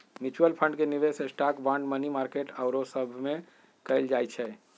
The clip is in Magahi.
म्यूच्यूअल फंड के निवेश स्टॉक, बांड, मनी मार्केट आउरो सभमें कएल जाइ छइ